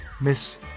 miss